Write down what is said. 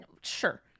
Sure